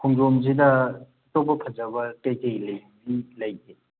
ꯈꯣꯡꯖꯣꯝꯁꯤꯗ ꯑꯩꯇꯣꯞꯄ ꯐꯖꯕ ꯀꯩ ꯀꯩ ꯂꯩꯒꯦ ꯂꯩꯒꯦ